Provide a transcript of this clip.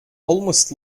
almost